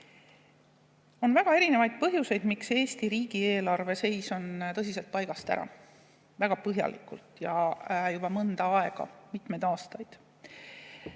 väga erinevaid põhjuseid, miks Eesti riigi eelarve seis on tõsiselt paigast ära. Väga põhjalikult ja juba mõnda aega, mitmeid aastaid.